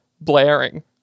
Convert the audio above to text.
blaring